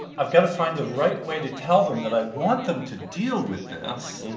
i've got to find the right way to tell them that i want them to deal with this